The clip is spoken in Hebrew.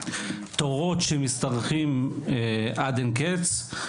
תורות שמשתרכים עד אין קץ.